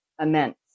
immense